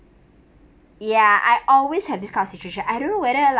ya I always have this kind of situation I don't know whether like